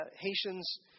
Haitians